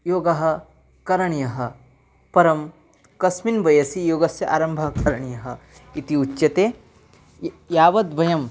योगः करणीयः परं कस्मिन् वयसि योगस्य आरम्भः करणीयः इति उच्यते य यावद् वयम्